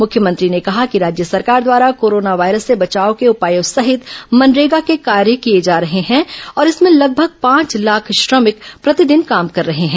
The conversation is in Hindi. मुख्यमंत्री ने कहा है कि राज्य सरकार द्वारा कोरोना वायरस से बचाव के उपायों सहित मनरेगा के कार्य किए जा रहे हैं और इसमें लगभग पांच लाख श्रमिक प्रतिदिन काम कर रहे हैं